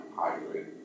hybrid